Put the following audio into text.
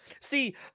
See